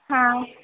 हा